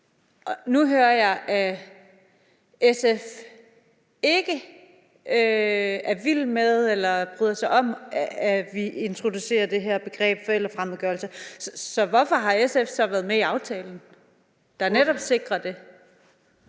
nu hører jeg, at SF ikke er vilde med eller bryder sig om, at vi introducerer det her begreb forældrefremmedgørelse. Så hvorfor har SF så været med i aftalen, der netop sikrer det?